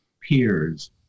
peers